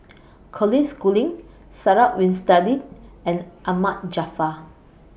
Colin Schooling Sarah Winstedt and Ahmad Jaafar